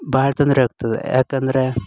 ಭಾಳ ತೊಂದ್ರೆಯಾಗ್ತದೆ ಯಾಕಂದರೆ